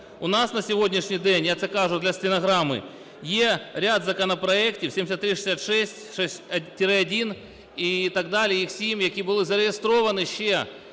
У нас на сьогоднішній день, я це кажу для стенограми, є ряд законопроектів: 7366-1 і так далі, їх 7, - які були зареєстровані ще